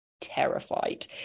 terrified